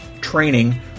training